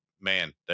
man